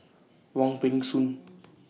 Wong Peng Soon